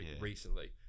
recently